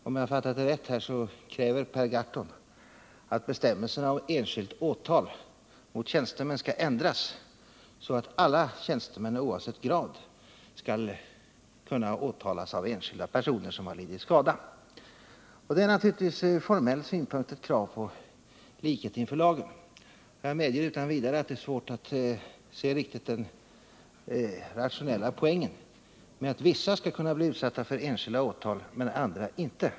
Om jag fattade honom rätt, kräver Per Gahrton att bestämmelserna om enskilt åtal mot tjänstemän skall ändras, så att alla tjänstemän oavsett grad skall kunna åtalas av enskilda personer som har lidit skada, och det är naturligtvis ur formell synpunkt ett krav på likhet inför lagen. Jag medger utan vidare att det är svårt att riktigt se den rationella poängen i att vissa skall kunna bli utsatta för enskilt åtal men inte andra.